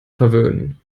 verwöhnen